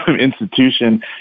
institution